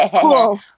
Cool